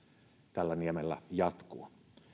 tällä niemellä jatkuu